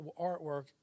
artwork